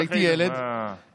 כשהייתי ילד גרנו,